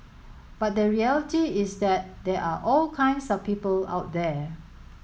but the reality is that there are all kinds of people out there